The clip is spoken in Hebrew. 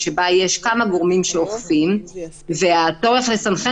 במיוחד כשיש כמה גורמים שאוכפים וצריך לסנכרן